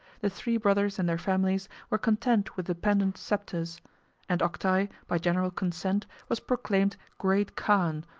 the three brothers and their families were content with dependent sceptres and octai, by general consent, was proclaimed great khan,